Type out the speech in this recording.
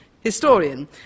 historian